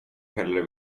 hellre